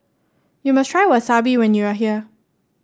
you must try Wasabi when you are here